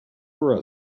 for